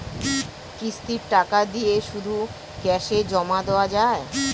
কিস্তির টাকা দিয়ে শুধু ক্যাসে জমা দেওয়া যায়?